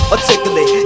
Articulate